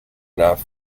enough